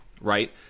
right